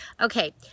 okay